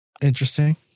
interesting